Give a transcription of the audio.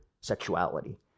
sexuality